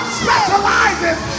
specializes